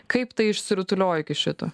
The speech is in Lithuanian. kaip tai išsirutuliojo iki šito